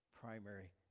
primary